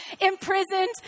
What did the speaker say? Imprisoned